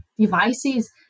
Devices